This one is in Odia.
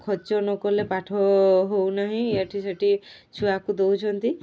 ଖର୍ଚ୍ଚ ନକଲେ ପାଠ ହେଉନାହିଁ ଏଠି ସେଠି ଛୁଆକୁ ଦେଉଛନ୍ତି